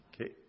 Okay